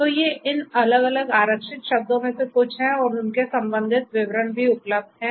तो ये इन अलग अलग आरक्षित शब्दों में से कुछ हैं और उनके संबंधित विवरण भी उपलब्ध हैं